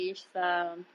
mm